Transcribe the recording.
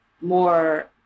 more